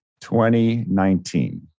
2019